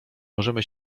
możemy